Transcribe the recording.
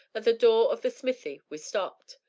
at the door of the smithy we stopped.